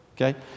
okay